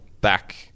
back